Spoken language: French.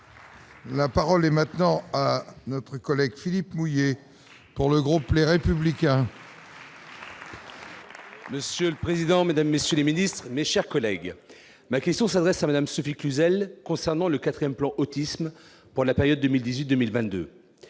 La parole est à M. Philippe Mouiller, pour le groupe Les Républicains. Monsieur le président, mesdames, messieurs les ministres, mes chers collègues, ma question, qui s'adresse à Mme Sophie Cluzel, concerne le quatrième plan Autisme, pour la période 2018-2022.